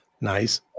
Nice